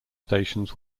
stations